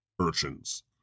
urchins